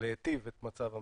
להיטיב את מצב המשק,